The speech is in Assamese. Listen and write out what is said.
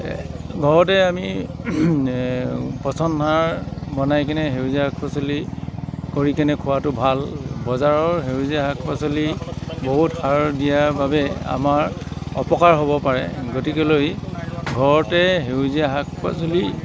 ঘৰতেই আমি পচনসাৰ বনাই কিনে সেউজীয়া শাক পাচলি কৰি কিনে খোৱাটো ভাল বজাৰৰ সেউজীয়া শাক পাঁচলি বহুত সাৰ দিয়া বাবে আমাৰ অপকাৰ হ'ব পাৰে গতিকেলৈ ঘৰতে সেউজীয়া শাক পাচলি